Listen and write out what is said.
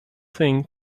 thing